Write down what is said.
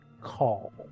call